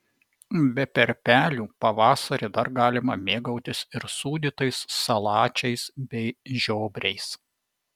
be perpelių pavasarį dar galima mėgautis ir sūdytais salačiais bei žiobriais